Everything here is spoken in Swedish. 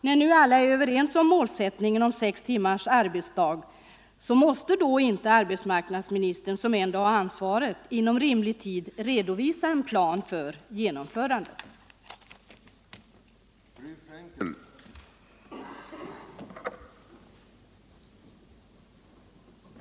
När nu alla är överens om att målsättningen bör vara Nr 124 sex timmars arbetsdag, måste då inte arbetsmarknadsministern, som ändå Tisdagen den har ansvaret, inom rimlig tid redovisa en plan för genomförandet? 19 november 1974